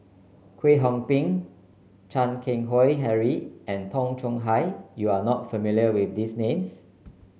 Kwek Hong Png Chan Keng Howe Harry and Tay Chong Hai you are not familiar with these names